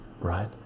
right